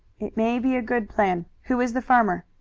it may be a good plan. who is the farmer?